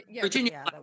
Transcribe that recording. Virginia